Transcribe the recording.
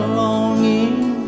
longing